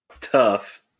Tough